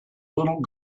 little